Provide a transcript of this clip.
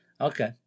Okay